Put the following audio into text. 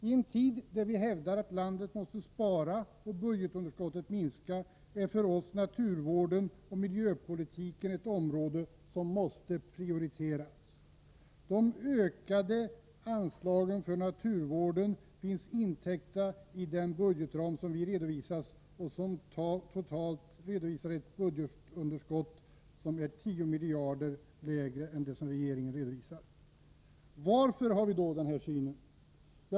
I en tid då vi hävdar att landet måste spara och budgetunderskottet minska är för oss naturvården och miljöpolitiken ett område som måste prioriteras. De ökade anslagen för naturvården är täckta i den budgetram som vi föreslår och som totalt redovisar ett budgetunderskott som är 10 miljarder lägre än regeringens. Varför har vi då denna syn?